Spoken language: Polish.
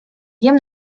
jem